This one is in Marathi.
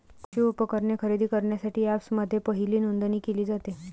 कृषी उपकरणे खरेदी करण्यासाठी अँपप्समध्ये पहिली नोंदणी केली जाते